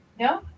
No